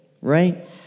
right